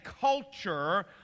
culture